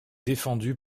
défendue